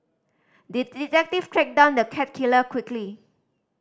the detective tracked down the cat killer quickly